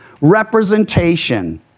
representation